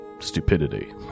Stupidity